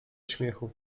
śmiechu